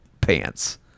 pants